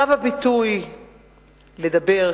רב הפיתוי לדבר,